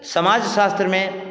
समाज शास्त्र में